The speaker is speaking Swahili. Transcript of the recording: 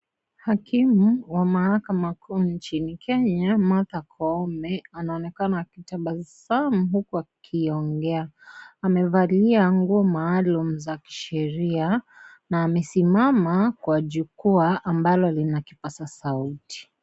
Hakimu wa mahakama kuu nchini kenya Martha Koome anaonekana akitabasamu huku akiongea. Amevalia nguo maalum za kisheria na amesimama kwa jukwaa ambalo lina kipaza sauti.